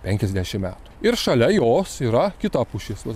penkiasdešim metų ir šalia jos yra kita pušis va